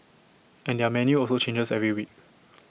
and their menu also changes every week